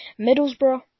Middlesbrough